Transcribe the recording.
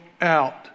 out